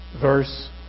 Verse